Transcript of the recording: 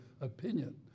opinion